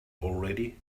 already